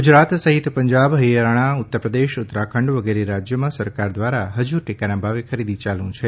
ગુજરાત સહિત પંજાબ હરિયાણા ઉત્તરપ્રદેશ ઉત્તરાખંડ વગેરે રાજ્યોમાં સરકાર વ્રારા ફજુ ટેકાના ભાવે ખરીદી ચાલુ છે